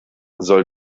soll